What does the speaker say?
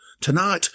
Tonight